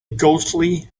ghostly